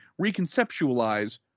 reconceptualize